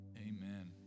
Amen